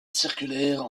circulaire